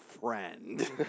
friend